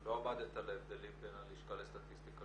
ולא עמדת על ההבדלים בין הלשכה לסטטיסטיקה